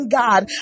god